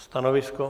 Stanovisko?